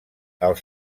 els